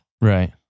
Right